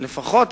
לפחות,